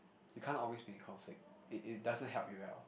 you can't always be in conflict it it doesn't help you at all